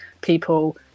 people